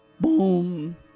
Boom